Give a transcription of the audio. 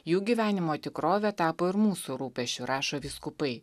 jų gyvenimo tikrovė tapo ir mūsų rūpesčiu rašo vyskupai